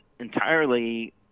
entirely